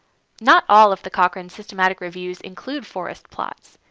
not all of the cochrane systematic reviews include forest plots.